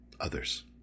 others